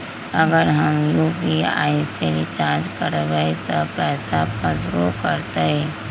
अगर हम यू.पी.आई से रिचार्ज करबै त पैसा फसबो करतई?